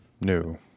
New